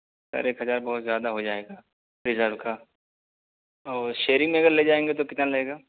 سر ایک ہزار بہت زیادہ ہو جائے گا ریزرو کا اور شیئرنگ میں اگر لے جائیں گے تو کتنا لگے گا